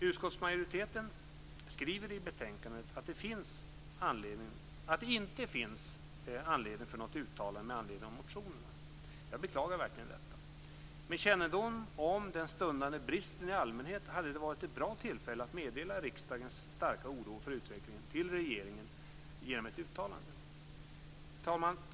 Utskottsmajoriteten skriver i betänkandet att det inte finns anledning till något uttalande med anledning av motionerna. Jag beklagar verkligen detta. Med kännedom om den stundande bristen i allmänhet hade det varit ett bra tillfälle att meddela riksdagens starka oro för utvecklingen till regeringen genom ett uttalande. Fru talman!